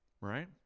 right